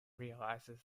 realizes